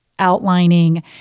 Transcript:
outlining